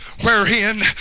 wherein